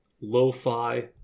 Lo-fi